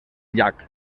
llac